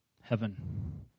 heaven